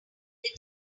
they